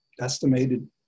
estimated